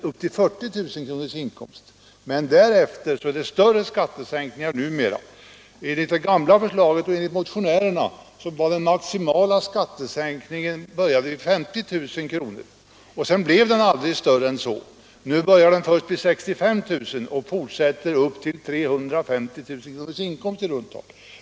Upp till 40 000 kronors inkomst är det riktigt, men därefter blir det enligt den nya regeringens förslag större skattesänkningar. Enligt den tidigare regeringens förslag och det nu föreliggande motionsförslaget uppnås den maximala skattesänkningen vid 50 000 kr — sedan blir den inte större. Nu uppnås den största skattesänkningen först vid 65 000 kr., och den bibehålls upp till i runda tal 350 000 kronors inkomst.